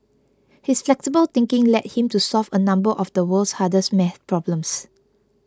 his flexible thinking led him to solve a number of the world's hardest maths problems